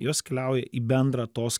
jos keliauja į bendrą tos